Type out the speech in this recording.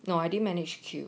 no I didn't manage to queue